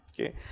okay